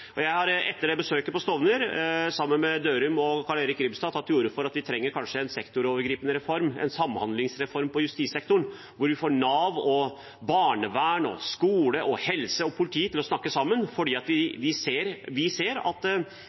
har jeg, sammen med Odd Einar Dørum og Carl-Erik Grimstad, tatt til orde for at vi kanskje trenger en sektorovergripende reform, en samhandlingsreform på justissektoren, hvor vi får Nav, barnevern, skole, helse og politi til å snakke sammen. For vi ser at